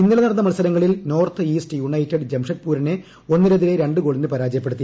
ഇന്നലെ നടന്ന മത്സരങ്ങളിൽ നോർത്ത് ഇൌസ്റ്റ് യുണൈറ്റഡ് ജംഷഡ്പൂരിനെ ഒന്നിനെതിരെ രണ്ട് ഗോളിന് പരാജയപ്പെടുത്തി